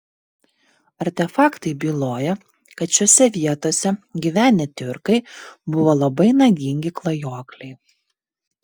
artefaktai byloja kad šiose vietose gyvenę tiurkai buvo labai nagingi klajokliai